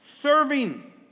Serving